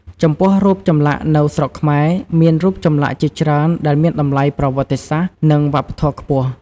ចំពោះរូបចម្លាក់នៅស្រុកខ្មែរ មានរូបចម្លាក់ជាច្រើនដែលមានតម្លៃប្រវត្តិសាស្ត្រ និងវប្បធម៌ខ្ពស់។